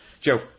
Joe